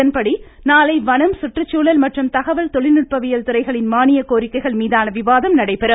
இதன்படி நாளை வனம் சுற்றுச்சூழல் மற்றும் தகவல் தொழில்நுட்பவியல் துறைகளின் மானியக்கோரிக்கைகள் மீதான விவாதம் நடைபெறும்